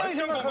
him?